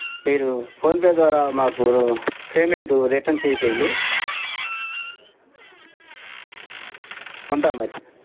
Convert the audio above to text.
మీరు ఫోన్పే ద్వారా మాకు పేమెంటు రిటర్న్ చేసేయండి ఉంటా మరి